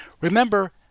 Remember